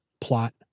plot